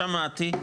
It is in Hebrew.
שמעתי,